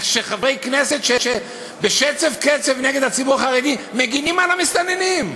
איך חברי כנסת שבשצף-קצף יוצאים נגד הציבור החרדי מגינים על המסתננים,